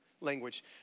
language